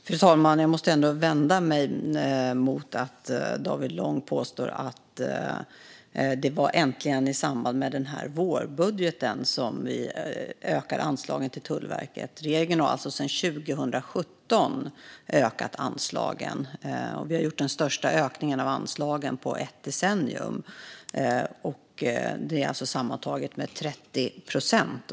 Fru talman! Jag måste ändå vända mig mot det David Lång påstår. Han påstår att det var i samband med denna vårbudget som vi äntligen ökade anslagen till Tullverket. Regeringen har ökat anslagen sedan 2017, och vi har gjort den största ökningen av anslagen på ett decennium. Det är alltså sammantaget en ökning med 30 procent.